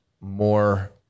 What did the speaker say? more